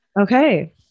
Okay